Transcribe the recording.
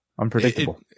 Unpredictable